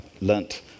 learnt